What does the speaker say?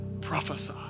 prophesy